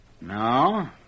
No